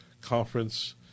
conference